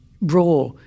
raw